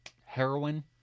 heroin